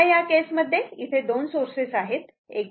आता या केस मध्ये इथे दोन सोर्सेस आहेत